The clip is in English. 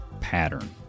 pattern